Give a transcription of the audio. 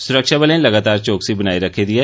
सुरक्षाबलें लगातार चौकसी बनाई रक्खी दी ऐ